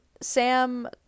Sam